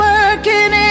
Working